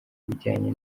ibijyanye